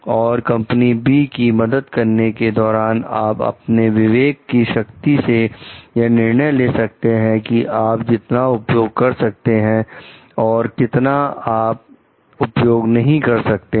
और company B की मदद करने के दौरान आप अपने विवेक की शक्ति से यह निर्णय ले सकते हैं कि आप कितना उपयोग कर सकते हैं और कितना कुछ आप उपयोग नहीं कर सकते हैं